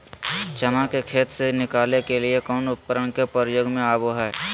चना के खेत से निकाले के लिए कौन उपकरण के प्रयोग में आबो है?